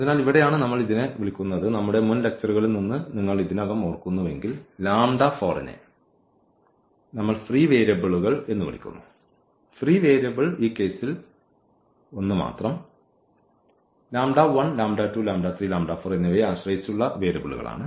അതിനാൽ ഇവിടെയാണ് നമ്മൾ ഇതിനെ വിളിക്കുന്നത് നമ്മുടെ മുൻ ലെക്ച്ചറുകളിൽ നിന്ന് നിങ്ങൾ ഇതിനകം ഓർക്കുന്നുവെങ്കിൽ നെ നമ്മൾ ഫ്രീ വേരിയബിളുകൾ എന്ന് വിളിക്കുന്നു ഫ്രീ വേരിയബിൾ ഈ കേസിൽ ഒന്ന് മാത്രം എന്നിവയെ ആശ്രയിച്ചുള്ള വേരിയബിളുകളാണ്